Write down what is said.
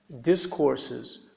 discourses